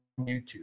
YouTube